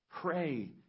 Pray